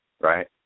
right